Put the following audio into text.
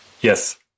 yes